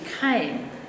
came